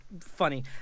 funny